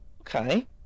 Okay